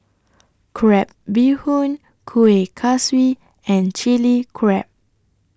Crab Bee Hoon Kueh Kaswi and Chili Crab